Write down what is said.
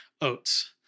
oats